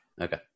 Okay